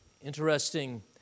Interesting